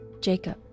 Jacob